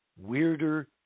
weirder